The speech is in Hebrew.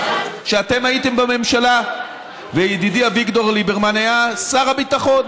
כשאתם הייתם בממשלה וידידי אביגדור ליברמן היה שר הביטחון.